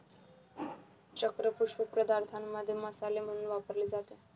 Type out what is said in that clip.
चक्र पुष्प पदार्थांमध्ये मसाले म्हणून वापरले जाते